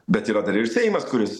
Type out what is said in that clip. bet yra dar ir seimas kuris